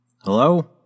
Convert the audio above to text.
Hello